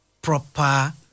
proper